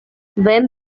when